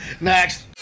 Next